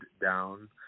down